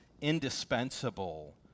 indispensable